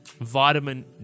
vitamin